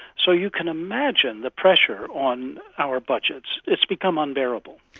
so you can imagine the pressure on our budgets. it's become unbearable.